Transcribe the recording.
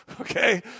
Okay